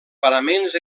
paraments